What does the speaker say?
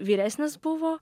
vyresnis buvo